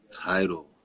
Title